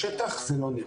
בשטח זה לא נראה.